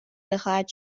بخواهد